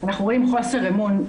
אנחנו רואים חוסר אמון,